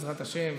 בעזרת השם,